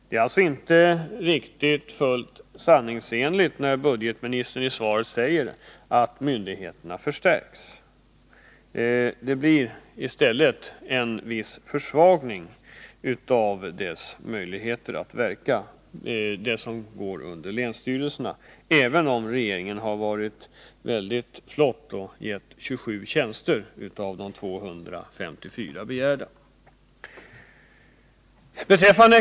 Det är alltså inte fullt sanningsenligt när budgetministern säger att myndigheterna förstärks. Det blir i stället en viss försvagning av möjligheterna att verka för de myndigheter som lyder under länsstyrelserna, även om regeringen har varit mycket flott och beviljat 27 tjänster av de 254 som begärts.